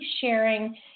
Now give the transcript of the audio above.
sharing